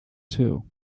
too